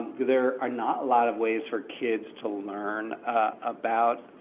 there are not a lot of ways for kids to learn about